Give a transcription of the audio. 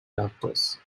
doctors